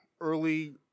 early